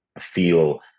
feel